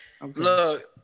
Look